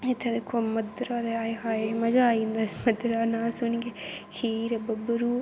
इत्थै दिक्खो मद्दरा ते आय हाय मजा आई जंदा इस मद्दरे दा नां सुनियै खीर बब्बरू